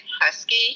Husky